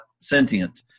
sentient